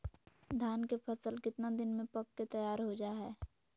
धान के फसल कितना दिन में पक के तैयार हो जा हाय?